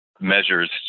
measures